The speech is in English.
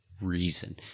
reason